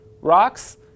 rocks